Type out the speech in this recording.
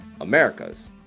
America's